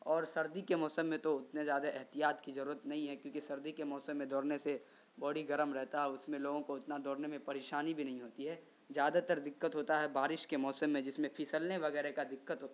اور سردی کے موسم میں تو اتنے زیادہ احتیاط کی ضرورت نہیں ہے کیونکہ سردی کے موسم میں دوڑنے سے باڈی گرم رہتا ہے اور اس میں لوگوں کو اتنا دوڑنے میں پریشانی بھی نہیں ہوتی ہے زیادہ تر دقت ہوتا ہے بارش کے موسم میں جس میں پھسلنے وغیرہ کا دقت